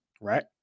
right